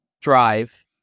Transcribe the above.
drive